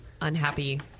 unhappy